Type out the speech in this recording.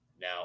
Now